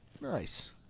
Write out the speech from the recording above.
Nice